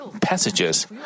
passages